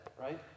right